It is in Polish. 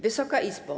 Wysoka Izbo!